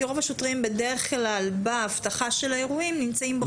כי רוב השוטרים בדרך כלל באבטחה של האירועים נמצאים בחוץ.